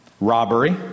robbery